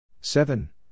seven